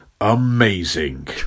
Amazing